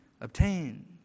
obtain